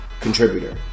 contributor